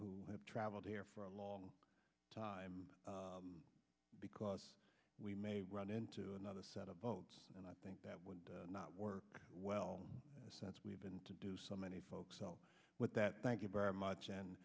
who have traveled here for a long time because we may run into another set of votes and i think that would not work well since we've been to do so many folks with that thank you very much and